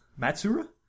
Matsura